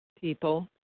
people